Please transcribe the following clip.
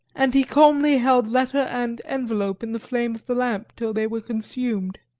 and he calmly held letter and envelope in the flame of the lamp till they were consumed.